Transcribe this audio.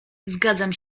zgadzam